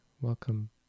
Welcome